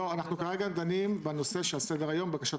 לא, אנחנו דנים בנושא שעל סדר היום בקשת